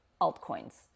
altcoins